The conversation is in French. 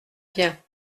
bien